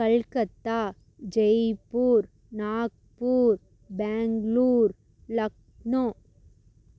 Calcutta Jaipur Nagpur Bangalore Lucknow